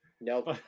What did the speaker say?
Nope